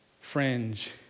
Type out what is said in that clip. fringe